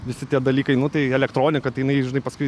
visi tie dalykai nu tai elektronika tai jinai žinai paskui